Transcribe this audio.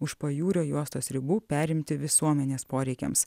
už pajūrio juostos ribų perimti visuomenės poreikiams